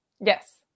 Yes